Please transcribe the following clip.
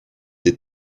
des